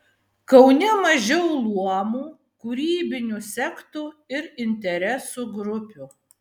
kaune mažiau luomų kūrybinių sektų ir interesų grupių